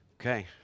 Okay